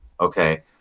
okay